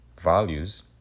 values